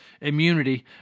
immunity